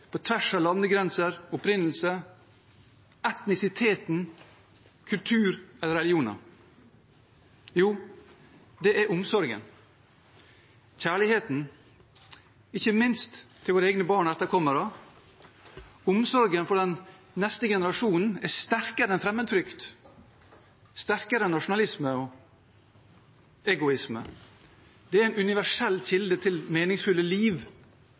på tvers av landegrenser, opprinnelse, etnisitet, kultur og religion? Jo, det er omsorgen – kjærligheten ikke minst til våre egne barn og etterkommere. Omsorgen for den neste generasjonen er sterkere enn fremmedfrykt, sterkere enn nasjonalisme og egoisme. Det er en universell kilde til meningsfulle liv